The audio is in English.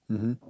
mmhmm